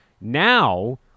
now